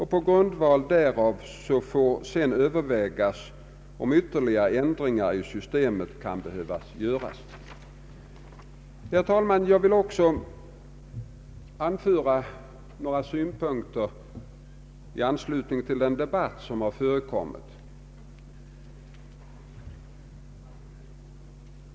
På grundval härav får övervägas om ytterligare ändringar i systemet kan behöva göras. Herr talman! Jag vill också anföra några synpunkter i anslutning till den debatt som ägt rum här.